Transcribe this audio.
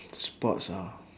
sports ah